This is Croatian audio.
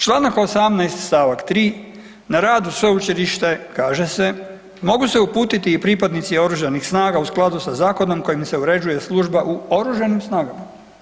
Članak 18. stavak 3. na rad u sveučilište kaže se mogu se uputiti i pripadnici oružanih snaga u skladu sa zakonom kojim se uređuje služba u oružanim snagama.